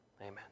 Amen